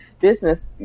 business